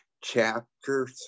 chapter